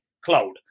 cloud